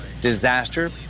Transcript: disaster